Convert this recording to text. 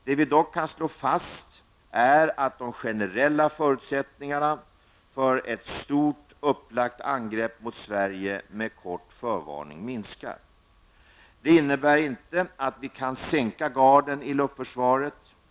Det vi dock kan slå fast är att de generella förutsättningarna för ett stort upplagt angrepp mot Sverige med kort förvarning minskar. Detta innebär inte att vi kan sänka garden i luftförsvaret.